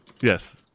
Yes